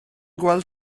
gweld